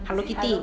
hello kitty